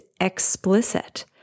explicit